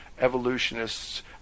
evolutionists